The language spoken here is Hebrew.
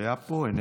היה פה, איננו,